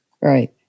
Right